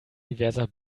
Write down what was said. diverser